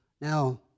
Now